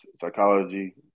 psychology